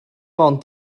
ond